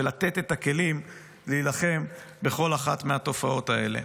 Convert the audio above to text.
ולתת את הכלים להילחם בכל אחת מהתופעות האלה.